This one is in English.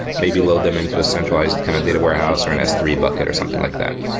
maybe load them into a centralized kind of data warehouse or an s three bucket or something like that.